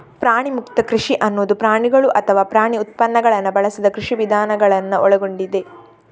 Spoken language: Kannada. ಪ್ರಾಣಿಮುಕ್ತ ಕೃಷಿ ಅನ್ನುದು ಪ್ರಾಣಿಗಳು ಅಥವಾ ಪ್ರಾಣಿ ಉತ್ಪನ್ನಗಳನ್ನ ಬಳಸದ ಕೃಷಿ ವಿಧಾನಗಳನ್ನ ಒಳಗೊಂಡಿದೆ